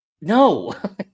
No